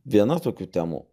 viena tokių temų